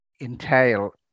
entail